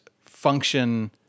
function